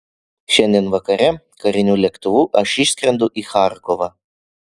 šiandien vakare kariniu lėktuvu aš išskrendu į charkovą